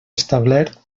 establert